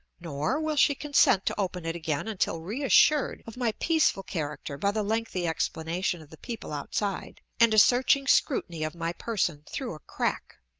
nor will she consent to open it again until reassured of my peaceful character by the lengthy explanation of the people outside, and a searching scrutiny of my person through a crack.